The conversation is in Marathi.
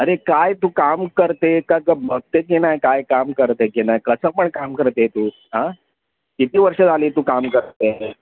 अरे काय तू काम करते का बघते की नाही काही काम करते की नाही कसं पण काम करते तू किती वर्ष झाले तू काम करते आहे